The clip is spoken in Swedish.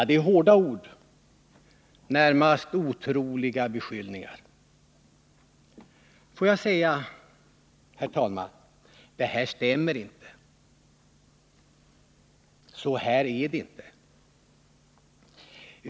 Det är hårda ord — närmast otroliga beskyllningar. Får jag säga, herr talman, att det här stämmer inte. Så här är det inte.